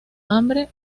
hambre